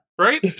right